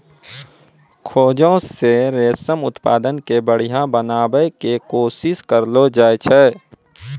खोजो से रेशम उत्पादन के बढ़िया बनाबै के कोशिश करलो जाय छै